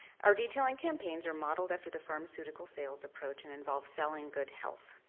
our detailing campaigns are modeled after the pharmaceutical sales approach and involve selling good health.